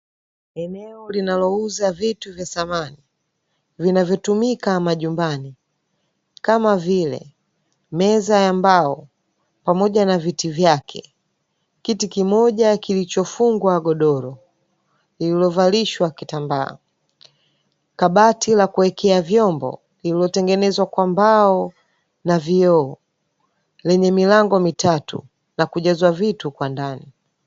Eneo linalouza vitu vya samani vinavyotumika majumbani kama vile: meza ya mbao, pamoja na viti vyake, kiti kimoja kilichofungwa godoro lililovalishwa kitambaa, kabati la kuwekea vyombo, lililotengenezwa kwa mbao na vioo lenye milango mitatu na kujazwa vitu kwa ndani.